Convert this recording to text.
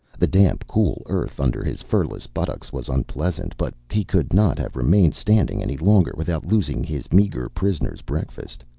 the damp, cool earth under his furless buttocks was unpleasant, but he could not have remained standing any longer without losing his meagre prisoner's breakfast.